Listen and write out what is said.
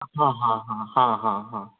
हँ हँ हँ हॅं हॅं हॅं